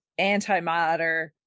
antimatter